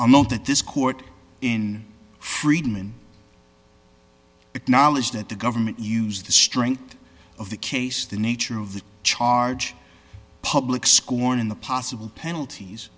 are not that this court in friedman acknowledged that the government used the strength of the case the nature of the charge public school or in the possible penalties